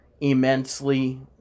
immensely